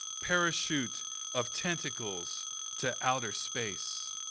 parachute of tentacles to outer space.